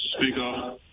Speaker